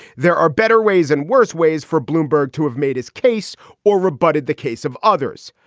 there are better ways and worse ways for bloomberg to have made his case or rebutted the case of others.